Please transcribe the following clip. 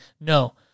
no